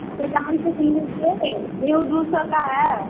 तो दाम तो किलो जे रोहू दूो सौ का है